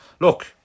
Look